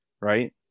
right